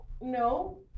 no